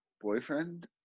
boyfriend